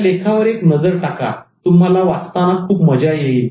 त्या लेखावर एक नजर टाका तुम्हाला वाचताना खूप मजा येईल